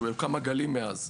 כמה גלים מאז.